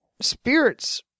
spirits